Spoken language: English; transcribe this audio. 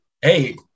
Hey